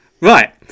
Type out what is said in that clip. Right